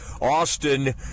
Austin